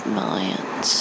millions